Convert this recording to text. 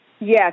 Yes